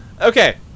Okay